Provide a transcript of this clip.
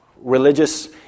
religious